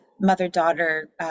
mother-daughter